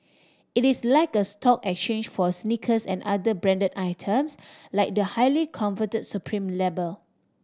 it is like a stock exchange for sneakers and other branded items like the highly coveted Supreme label